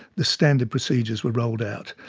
the standard procedures were rolled out.